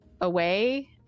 away